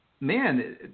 man